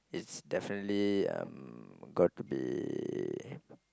it's definitely um got to be